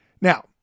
Now